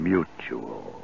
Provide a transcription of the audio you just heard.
Mutual